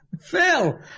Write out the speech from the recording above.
Phil